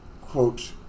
quote